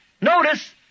Notice